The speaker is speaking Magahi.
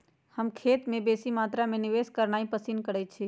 हम खेत में बेशी मत्रा में निवेश करनाइ पसिन करइछी